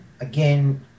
Again